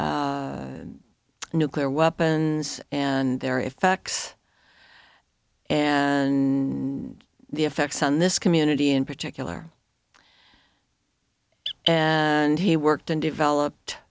of nuclear weapons and their effects and the effects on this community in particular and he worked and developed